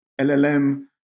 LLM